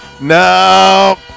No